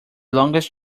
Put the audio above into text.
longest